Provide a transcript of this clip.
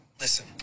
Listen